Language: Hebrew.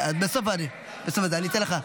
בסוף אני אתן לך.